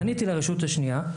פניתי לרשות השנייה,